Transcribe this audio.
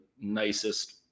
nicest